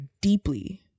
deeply